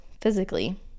physically